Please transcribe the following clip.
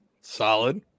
solid